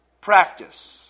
practice